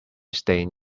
stain